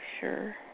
sure